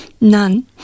None